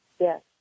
Yes